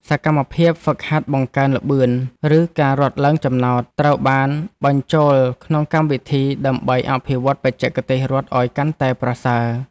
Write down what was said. សកម្មភាពហ្វឹកហាត់បង្កើនល្បឿន ឬការរត់ឡើងចំណោត ត្រូវបានបញ្ចូលក្នុងកម្មវិធីដើម្បីអភិវឌ្ឍបច្ចេកទេសរត់ឱ្យកាន់តែប្រសើរ។